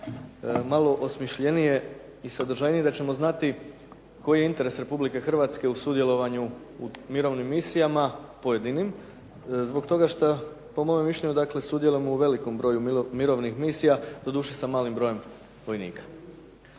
malo osmišljenije i da ćemo znati koji je interes Republike Hrvatske u sudjelovanju u mirovnim misijama pojedinim, po mome mišljenju sudjelujemo u velikom broju mirovnih misija doduše sa malim brojem vojnika.